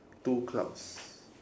two clouds